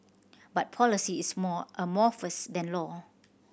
but policy is more amorphous than law